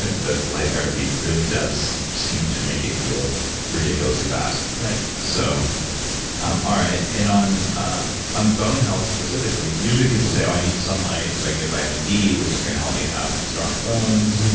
the light therapy really does seem to make it heal ridiculously fast right so um all right. and on on bone health specifically, usually people say, oh, i need sunlight so i can get vitamin d, which is going to help me have strong bones.